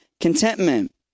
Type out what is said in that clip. contentment